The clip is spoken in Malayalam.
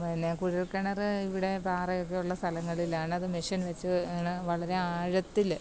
പിന്നെ കുഴല്ക്കിണർ ഇവിടെ പാറയൊക്കെയുള്ള സ്ഥലങ്ങളിലാണത് മെഷന് വെച്ച് ഇങ്ങനെ വളരെ ആഴത്തിൽ